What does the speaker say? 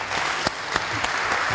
Hvala.